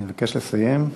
אני מבקש לסיים.